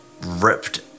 ripped